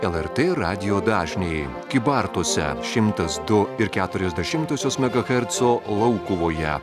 lrt radijo dažniai kybartuose šimtas du ir keturios dešimtosios megaherco laukuvoje